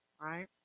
right